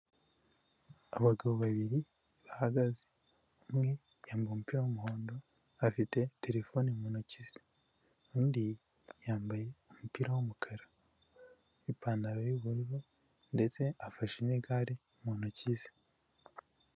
Abagabo babiri bahagaze, umwe yambaye umupira w'umuhondo afite terefone mu ntoki ze, undi yambaye umupira w'umukara n'ipantaro y'ubururu ndetse afashe n'igare mu ntoki ze.